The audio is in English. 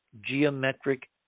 geometric